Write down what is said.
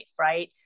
right